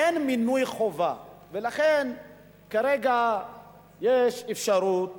אין מינוי חובה, ולכן כרגע יש אפשרות